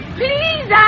please